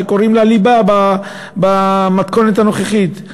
שקוראים לה ליבה במתכונת הנוכחית.